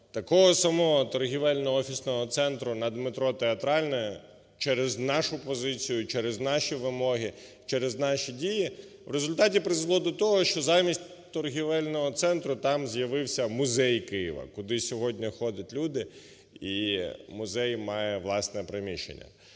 такого самого торгівельно-офісного центру над метро "Театральна" через нашу позицію, через наші вимоги, через наші дії в результаті призвело до того, що, замість торгівельного центру, там з'явився Музей Києва, куди сьогодні ходять люди, і музей має власне приміщення.